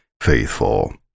Faithful